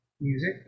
music